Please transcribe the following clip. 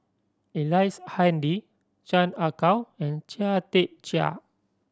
Ellice Handy Chan Ah Kow and Chia Tee Chiak